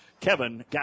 Kevin